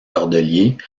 cordeliers